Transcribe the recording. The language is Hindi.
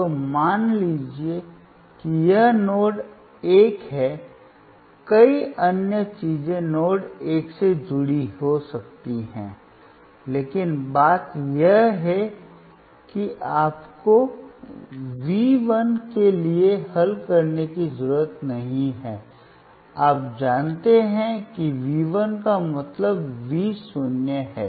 तो मान लीजिए कि यह नोड 1 है कई अन्य चीजें नोड 1 से जुड़ी हो सकती हैं लेकिन बात यह है कि आपको V 1 के लिए हल करने की ज़रूरत नहीं है आप जानते हैं कि V 1 का मतलब V0 है